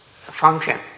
function